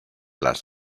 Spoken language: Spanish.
las